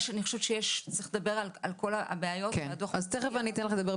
אני חושבת שצריך לדבר על כל הבעיות שהדוח הזה מציג.